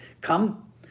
Come